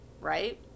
right